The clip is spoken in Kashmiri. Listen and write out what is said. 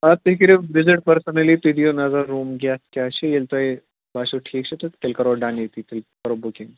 آ تُہۍ کٔرِو وِزِٹ پٔرسنلی تُہۍ دِیِو نظر روٗم کِتھ کیٛاہ چھِ ییٚلہِ تۄہہِ باسیو ٹھیٖک چھِ تہٕ تیٚلہِ کَرو ڈن ییٚتھی کَرو بُکِنٛگ